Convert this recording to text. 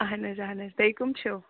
اَہَن حظ اَہَن حظ تُہۍ کٕم چھِو